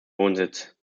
wohnsitz